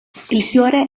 fiore